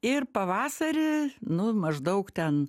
ir pavasarį nu maždaug ten